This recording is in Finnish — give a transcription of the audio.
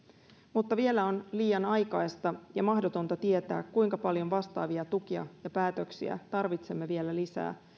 mutta vielä on liian aikaista ja mahdotonta tietää kuinka paljon vastaavia tukia ja päätöksiä tarvitsemme vielä lisää